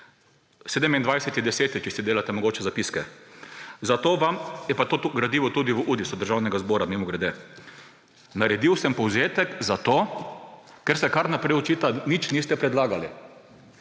27. 10., če si delate mogoče zapiske. Zato je pa to gradivo tudi v Udisu Državnega zbora, mimogrede. Naredil sem povzetek, ker se kar naprej očita – nič niste predlagali.